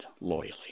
loyally